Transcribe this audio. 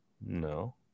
No